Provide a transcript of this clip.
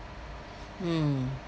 mm